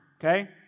Okay